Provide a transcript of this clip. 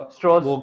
Straws